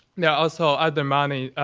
now also add the money.